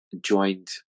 joined